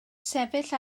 sefyll